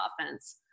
offense